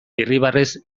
irribarrez